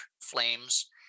flames